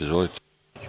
Izvolite.